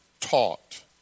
taught